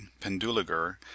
Penduliger